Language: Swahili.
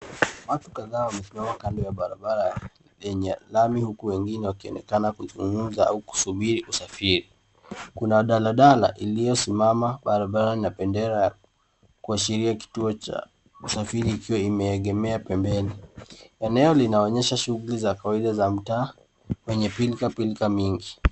Watu kadhaa wamesimama kando ya barabara yenye lami, huku wengine wakionekana kuzungumza au kusubiri usafiri. Kuna daladala iliyo simama barabarani na bendera kuashiria kituo cha usafiri ikiwa imeegemea pembeni. Eneo linaonyesha shughuli za kawaida za mtaa yenye pilka pilka mingi.